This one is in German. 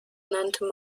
nannte